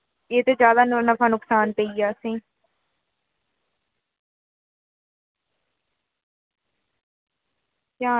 एह् ते ज्यादा नफा नुक्सान पेइया असें ध्यान